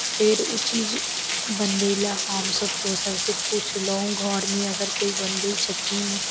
फेर उ चीज बनबय लए हमसब दोसर से पुछलहुँ घरमे अगर कोइ बनबय छथिन